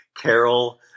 Carol